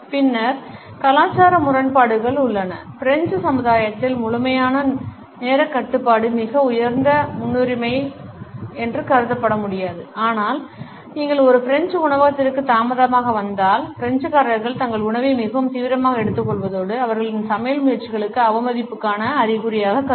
பின்னர் கலாச்சார முரண்பாடுகள் உள்ளன பிரெஞ்சு சமுதாயத்தில் முழுமையான நேரக்கட்டுப்பாடு மிக உயர்ந்த முன்னுரிமை அல்ல ஆனால் நீங்கள் ஒரு பிரெஞ்சு உணவகத்திற்கு தாமதமாக வந்தால் பிரெஞ்சுக்காரர்கள் தங்கள் உணவை மிகவும் தீவிரமாக எடுத்துக்கொள்வதோடு அவர்களின் சமையல் முயற்சிகளுக்கு அவமதிப்புக்கான அறிகுறியாகக் கருதுங்கள்